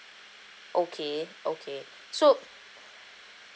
okay okay so